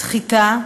סחיטה,